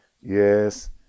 yes